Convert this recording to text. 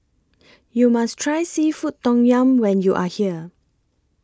YOU must Try Seafood Tom Yum when YOU Are here